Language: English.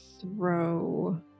throw